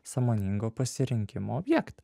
sąmoningo pasirinkimo objektą